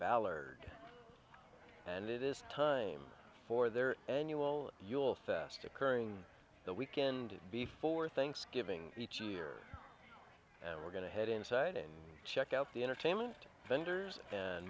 ballard and it is time for their annual yule fest occurring the weekend before thanksgiving each year and we're going to head inside and check out the entertainment vendors and